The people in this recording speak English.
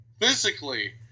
Physically